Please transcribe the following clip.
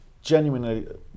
Genuinely